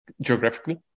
geographically